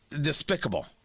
despicable